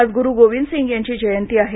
आज गुरु गोविंदसिंग यांची जयंती आहे